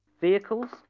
vehicles